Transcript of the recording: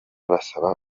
basaba